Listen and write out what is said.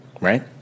Right